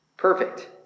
perfect